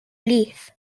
leith